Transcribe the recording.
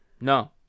No